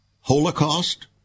holocaust